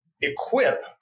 equip